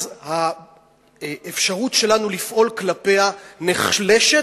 אז האפשרות שלנו לפעול כלפיה נחלשת,